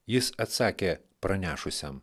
jis atsakė pranešusiam